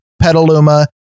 Petaluma